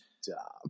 Stop